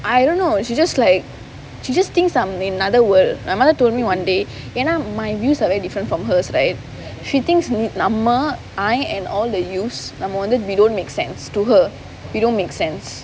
I don't know if she just like she just thinks I'm in another world my mother told me one day you know my views are very different from hers right she thinks நம்ம:namma I and all the youths நம்ம வந்து:namma vanthu we don't make sense to her we don't make sense